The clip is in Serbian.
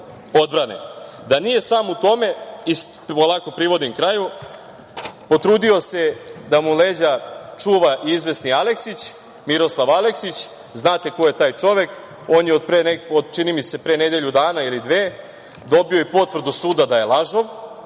nije sam u tome, polako privodim kraju, potrudio se da mu leđa čuva izvesni Aleksić, Miroslav Aleksić, znate ko je taj čovek. On je od pre, čini mi se, nedelju dana ili dve dobio potvrdu suda da je lažov